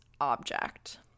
object